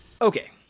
Okay